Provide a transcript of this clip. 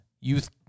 youth